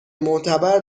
معتبر